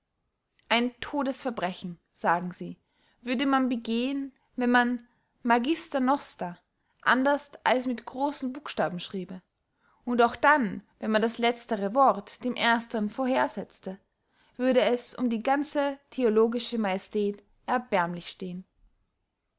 ein todesverbrechen sagen sie würde man begehen wenn man magister noster anderst als mit grossen buchstaben schriebe und auch dann wenn man das letztere wort dem erstern vorhersetzte würd es um die ganze theologische majestät erbärmlich stehen